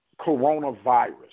coronavirus